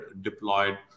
deployed